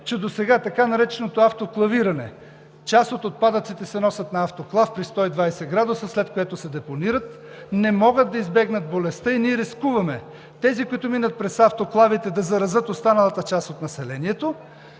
че досега така наречено автоклавиране – част от отпадъците се носят на автоклав при 120 градуса, след което се депонират, но не могат да избегнат болестта и ние рискуваме тези, които минат през автоклавите, да заразят останалата част от населението.